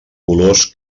colors